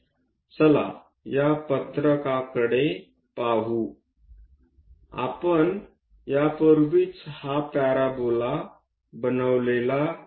चला या पत्रकाकडे पाहू आपण यापूर्वीच हा पॅराबोला बनवला आहे